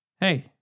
Hey